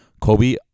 Kobe